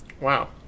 Wow